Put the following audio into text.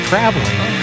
Traveling